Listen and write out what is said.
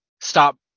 stop